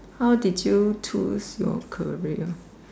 how did you choose your career